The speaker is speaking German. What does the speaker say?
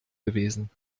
gewesen